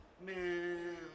Man